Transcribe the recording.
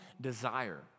desire